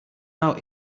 out